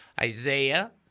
Isaiah